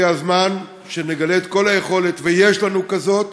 הגיע הזמן שנגלה את כל היכולת, ויש לנו כזאת,